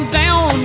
down